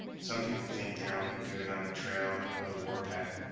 some people think they are only good on a trail or the war-path,